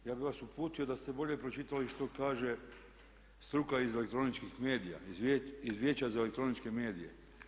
Ja bih vas uputio da ste bolje pročitali što kaže struka iz elektroničkih medija, iz Vijeća za elektroničke medije.